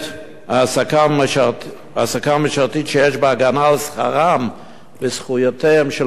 העסקה משרתית שיש בה הגנה על שכרם וזכויותיהם של המורים,